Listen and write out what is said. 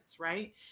Right